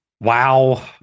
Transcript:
Wow